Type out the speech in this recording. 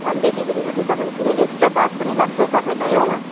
home डिलिभेरीको चाहिँ तपाईँको फेरि एक्स्ट्रा चार्ज पनि लाग्छै तपाईँलाई हो